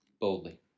boldly